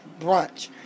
brunch